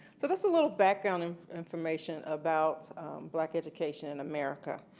so just a little background information about black education in america.